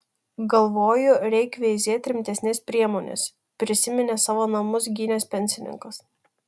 galvoju reik veizėt rimtesnės priemonės prisiminė savo namus gynęs pensininkas